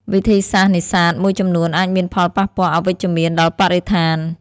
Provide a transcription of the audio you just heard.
វិធីសាស្ត្រនេសាទមួយចំនួនអាចមានផលប៉ះពាល់អវិជ្ជមានដល់បរិស្ថាន។